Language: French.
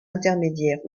intermédiaire